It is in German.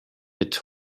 mit